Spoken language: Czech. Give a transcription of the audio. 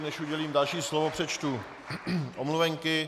Než udělím další slovo, přečtu omluvenky.